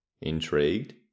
Intrigued